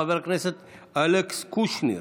חבר הכנסת אלכס קושניר.